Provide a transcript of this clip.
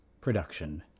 production